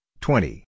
twenty